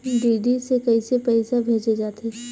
DD से कइसे पईसा भेजे जाथे?